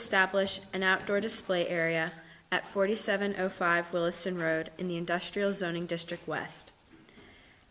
establish an outdoor display area at forty seven zero five williston road in the industrial zone in district west